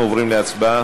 אנחנו עוברים להצבעה.